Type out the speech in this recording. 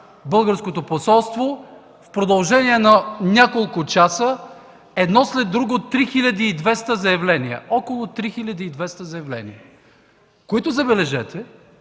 българското посолство в продължение на няколко часа се генерират едно след друго 3200 заявления – около 3200 заявления. Забележете,